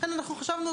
לכן אנחנו חשבנו,